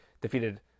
defeated